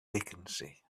vacancy